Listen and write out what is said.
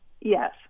Yes